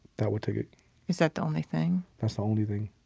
that would take it is that the only thing? that's the only thing